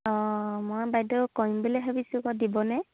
অঁ মই বাইদেউ কম বুলি ভাবিছোঁ আকৌ দিবনে